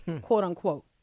quote-unquote